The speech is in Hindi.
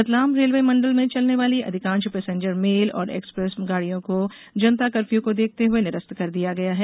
रतलाम रेलवे मंडल में चलने वाली अधिकांश पेसेंजर मेल और एक्सप्रेस गाड़ियों को जनता कर्फ्यू को देखते हुए निरस्त कर दिया गया है